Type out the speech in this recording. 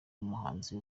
umuhanzi